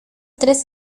tres